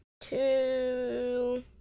two